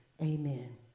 Amen